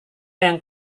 yang